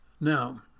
Now